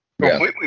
completely